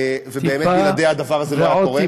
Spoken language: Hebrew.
ובאמת בלעדיה הדבר הזה לא היה קורה.